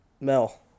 Mel